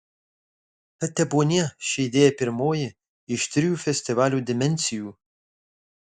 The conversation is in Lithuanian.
tad tebūnie ši idėja pirmoji iš trijų festivalio dimensijų